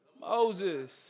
Moses